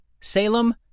Salem